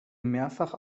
mehrfach